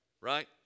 Right